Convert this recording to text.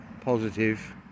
positive